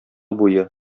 буе